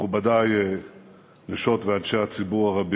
מכובדי נשות ואנשי הציבור הרבים,